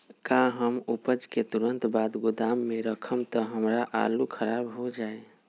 का हम उपज के तुरंत बाद गोदाम में रखम त हमार आलू खराब हो जाइ?